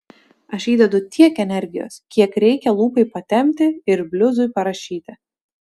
aš įdedu tiek energijos kiek reikia lūpai patempti ir bliuzui parašyti